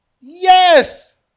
Yes